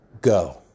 Go